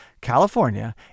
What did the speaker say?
California